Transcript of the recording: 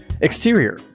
Exterior